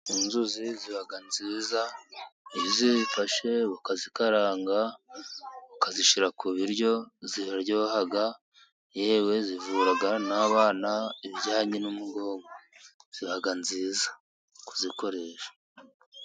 Inzuzi ziba nziza iyo uzifashe ukazikaranga, ukazishyira ku biryo ziraryoha. Yewe zivura n'abana ibijyanye n'umugongo, ziba nziza kuzikoresha.